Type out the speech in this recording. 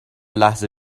لحظه